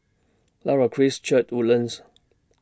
Light of Christ Church Woodlands